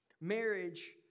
Marriage